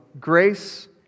grace